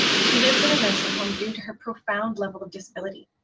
she lives in a nursing home due to her profound level of disability.